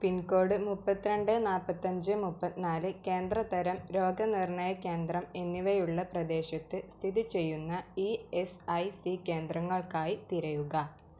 pincode മുപ്പത്തിരണ്ട് നാല്പത്തഞ്ച് മുപ്പത്തിനാല് കേന്ദ്ര തരം രോഗനിർണ്ണയ കേന്ദ്രം എന്നിവയുള്ള പ്രദേശത്ത് സ്ഥിതിചെയ്യുന്ന ഇ എസ് ഐ സി കേന്ദ്രങ്ങൾക്കായി തിരയുക